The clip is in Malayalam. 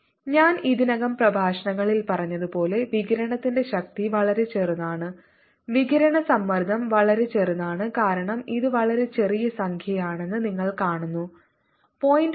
70×10 6 N ഞാൻ ഇതിനകം പ്രഭാഷണങ്ങളിൽ പറഞ്ഞതുപോലെ വികിരണത്തിന്റെ ശക്തി വളരെ ചെറുതാണ് വികിരണ സമ്മർദ്ദം വളരെ ചെറുതാണ് കാരണം ഇത് വളരെ ചെറിയ സംഖ്യയാണെന്ന് നിങ്ങൾ കാണുന്നു 0